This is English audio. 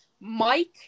Mike